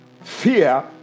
fear